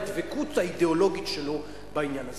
הדבקות האידיאולוגית שלו בעניין הזה.